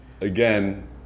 again